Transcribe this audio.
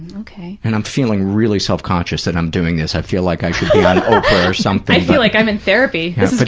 okay. and i'm feeling really self-conscious that i'm doing this. i feel like i should or something charlynn i feel like i'm in therapy. this is like